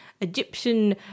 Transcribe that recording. Egyptian